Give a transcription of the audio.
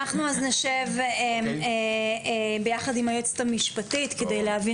נשב יחד עם היועצת המשפטית כדי להבין